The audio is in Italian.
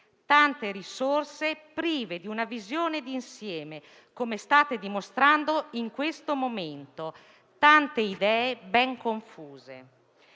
tante risorse, ma prive di una visione di insieme, come state dimostrando in questo momento: tante idee e ben confuse.